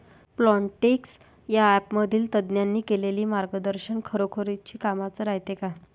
Plantix या ॲपमधील तज्ज्ञांनी केलेली मार्गदर्शन खरोखरीच कामाचं रायते का?